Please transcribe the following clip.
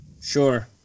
Sure